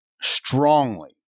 strongly